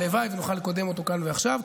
הלוואי שנוכל לקדם אותו כאן ועכשיו.